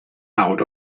out